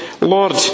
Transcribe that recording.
Lord